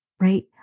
right